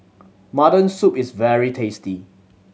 mutton soup is very tasty